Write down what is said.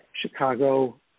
Chicago